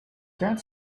that